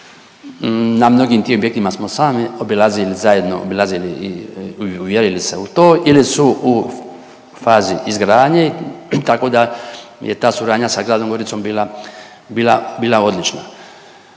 Na mnogim tim objektima smo sami obilazili zajedno obilazili i uvjerili se u to ili su u fazi izgradnje tako da je ta suradnja sa gradom Goricom bila, bila odlična.